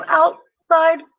outside